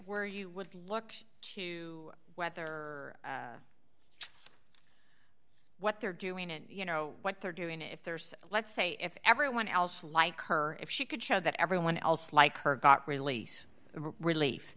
where you would look to whether what they're doing and you know what they're doing if there's let's say if everyone else like her if she could show that everyone else like her got release relief